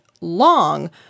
long